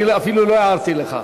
אני אפילו לא הערתי לך.